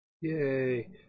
Yay